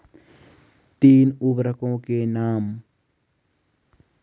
तीन उर्वरकों के नाम?